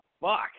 fuck